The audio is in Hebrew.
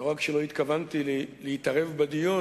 לא רק שלא התכוונתי להתערב בדיון,